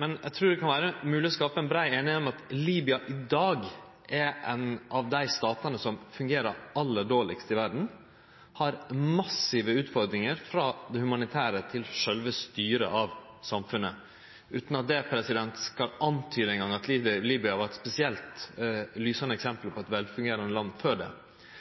men eg trur det kan vere mogleg å skape brei einigheit om at Libya i dag er ein av dei statane som fungerer aller dårlegast i verda, og som har massive utfordringar – frå det humanitære til sjølve styret av samfunnet – utan at eg eingong skal antyde at Libya var eit spesielt lysande eksempel på eit velfungerande land før det.